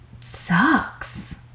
sucks